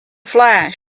flash